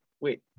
Wait